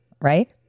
Right